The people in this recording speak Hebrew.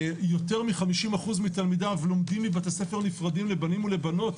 יותר מחמישים אחוז מתלמדיו לומדים בבתי ספר נפרדים לבנים ולבנות,